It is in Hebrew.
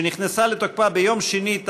שנכנסה לתוקפה ביום שני,